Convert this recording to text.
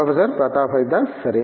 professor Pratap Haridas సరే